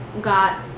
got